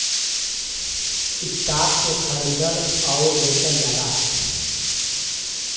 stock के खरीदल आउर बेचल जाला